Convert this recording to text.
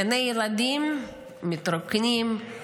גני ילדים מתרוקנים,